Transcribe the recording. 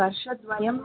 वर्षद्वयं